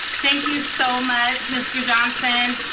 thank you so much, mr. johnson.